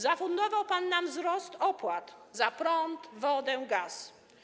Zafundował pan nam wzrost opłat za prąd, wodę, gaz.